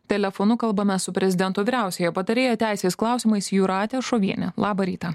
telefonu kalbame su prezidento vyriausiaja patarėja teisės klausimais jūrate šoviene labą rytą